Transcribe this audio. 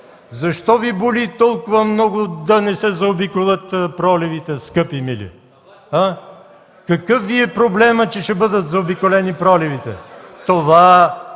Защо Ви боли толкова много да не се заобиколят проливите, скъпи, мили?! Какъв Ви е проблемът, че ще бъдат заобиколени проливите? Това